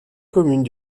communes